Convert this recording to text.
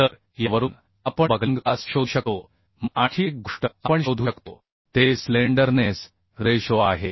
तर यावरून आपण बकलिंग क्लास शोधू शकतो मग आणखी एक गोष्ट आपण शोधू शकतो ते स्लेंडरनेस रेशो आहे